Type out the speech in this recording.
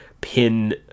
pin